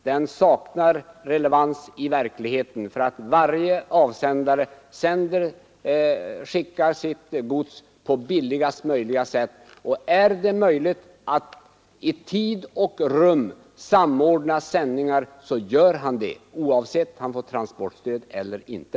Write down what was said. Den saknar relevans, eftersom varje avsändare skickar sitt gods på billigaste möjliga sätt. Är det möjligt att samordna sändningar i tid och rum, så gör han det, oavsett om han får transportstöd eller inte.